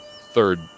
third